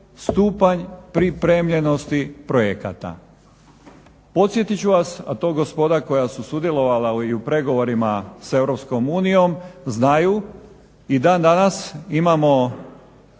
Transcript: stupanj pripremljenosti projekata. Podsjetit ću vas, a to gospoda koja su sudjelovala i u pregovorima s Europskom unijom znaju, i dan danas imamo